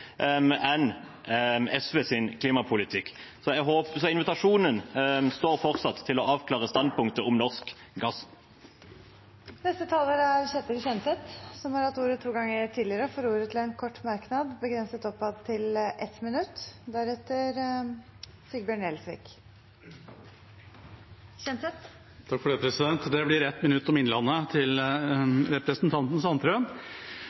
enn SVs klimapolitikk. Invitasjonen til å avklare standpunktet for norsk gass står fortsatt. Representanten Ketil Kjenseth har hatt ordet to ganger tidligere og får ordet til en kort merknad, begrenset til 1 minutt. Det blir 1 minutt om Innlandet til representanten Sandtrøen,